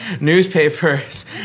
newspapers